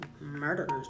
murderers